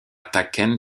tachkent